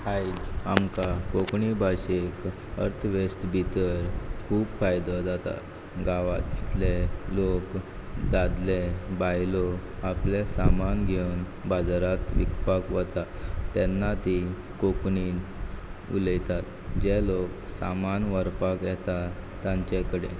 आयज आमकां कोंकणी भाशेक अर्थवेवस्थे भितर खूब फायदो जाता गांवातले लोक दादले बायलो आपलें सामान घेवन बाजारांत विकपाक वता तेन्ना तीं कोंकणीन उलयतात जे लोक सामान व्हरपाक येता तांचे कडेन